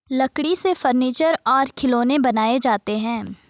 लकड़ी से फर्नीचर और खिलौनें बनाये जाते हैं